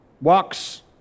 walks